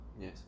yes